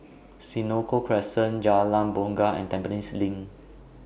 Senoko Crescent Jalan Bungar and Tampines LINK